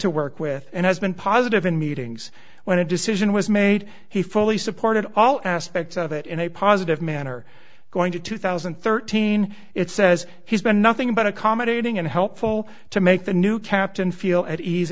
to work with and has been positive in meetings when a decision was made he fully supported all aspects of it in a positive manner going to two thousand and thirteen it says he's been nothing but accommodating and helpful to make the new captain feel at ease